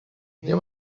nie